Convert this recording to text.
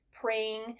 praying